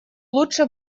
лучше